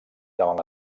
davant